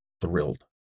thrilled